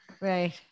Right